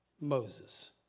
Moses